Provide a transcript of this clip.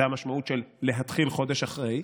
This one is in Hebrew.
זו המשמעות של "להתחיל חודש אחרי"